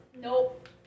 Nope